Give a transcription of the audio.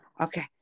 Okay